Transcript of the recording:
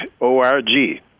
O-R-G